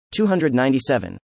297